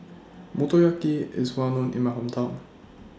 Motoyaki IS Well known in My Hometown